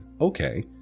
Okay